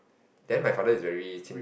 then my father is very chin